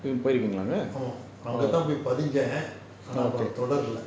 orh ஆமா அங்க தான் போய் படிச்சேன் ஆனா பிறகு தொடரல:amaa anga than poyi padichaen anaa piragu thodarala